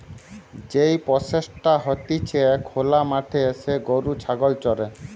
যেই প্রসেসটা হতিছে খোলা মাঠে যে গরু ছাগল চরে